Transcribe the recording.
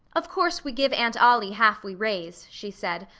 of course we give aunt ollie half we raise, she said,